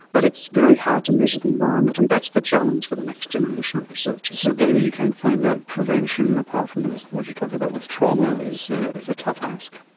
but it's very hard to measure the environment, and that's the challenge for the next generation of researchers. so given that you can't find that, prevention, apart from what you're talking about with trauma, is is a tough ask.